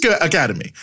academy